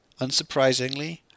Unsurprisingly